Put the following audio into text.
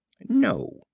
No